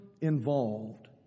involved